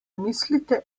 mislite